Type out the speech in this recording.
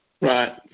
Right